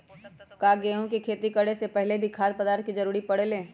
का गेहूं के खेती करे से पहले भी खाद्य पदार्थ के जरूरी परे ले?